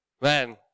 Man